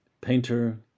painter